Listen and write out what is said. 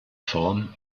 form